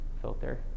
filter